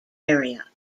area